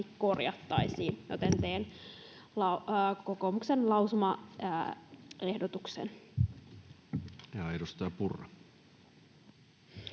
korjattaisiin. Teen kokoomuksen lausumaehdotuksen. Ja edustaja Purra.